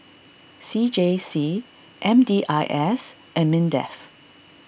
C J C M D I S and Mindef